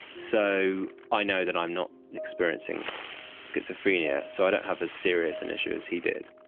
so i know that i'm not experiencing schizophrenia, so i don't have as serious an issue as he did.